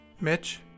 Mitch